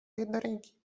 jednoręki